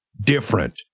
Different